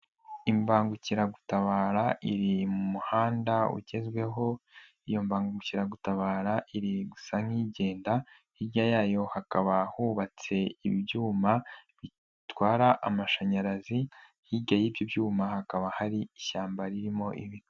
Imbangukiragutabara iri mu muhanda ugezweho, iyo mbangukiragutabara iri gusa nk'igenda, hirya yayo hakaba hubatse ibyuma bitwara amashanyarazi, hirya y'ibyo byuma hakaba hari ishyamba ririmo ibiti.